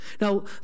Now